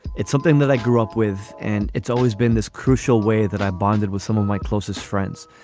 it's something that i grew up with and it's always been this crucial way that i bonded with some of my closest friends.